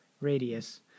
radius